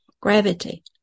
gravity